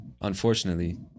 unfortunately